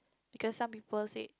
because some people say